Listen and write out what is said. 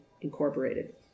incorporated